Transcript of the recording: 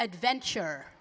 adventure